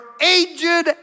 aged